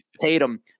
Tatum